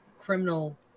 criminal